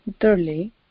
thirdly